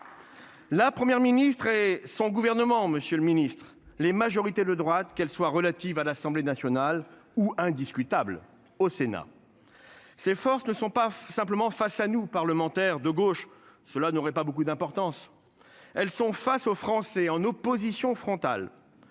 La Première ministre et son gouvernement, Monsieur le Ministre, les majorités de droite, qu'elle soit relative à l'Assemblée nationale ou indiscutable au Sénat. Ces forces ne sont pas simplement face à nous parlementaires de gauche cela n'aurait pas beaucoup d'importance. Elles sont face aux Français en opposition frontale.